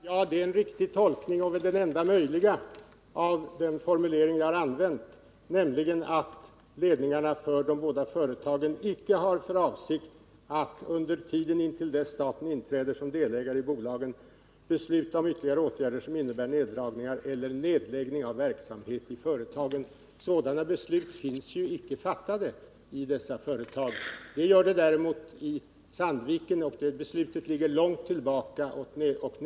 Herr talman! Ja, det är den riktiga och den enda möjliga tolkningen av den formulering jag har använt, nämligen att ledningarna för de båda företagen icke har för avsikt att under tiden intill dess staten inträder som delägare i bolagen besluta om ytterligare åtgärder som innebär neddragningar eller nedläggning av verksamhet vid företagen. Sådana beslut finns ju icke fattade vid dessa företag. Det gör det däremot i Sandviken, och beslutet ligger långt tillbaka i tiden.